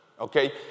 Okay